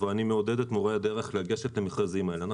את מורי הדרך לגשת למכרזים הללו.